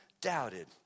doubted